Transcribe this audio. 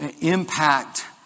impact